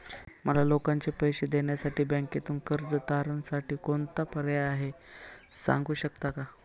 मला लोकांचे पैसे देण्यासाठी बँकेतून कर्ज तारणसाठी कोणता पर्याय आहे? सांगू शकता का?